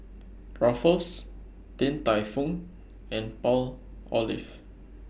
Ruffles Din Tai Fung and Palmolive